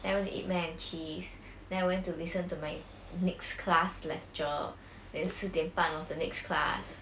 then I went to eat mac and cheese then I went to listen to my next class lecture then 四点半 was the next class